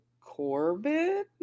Corbin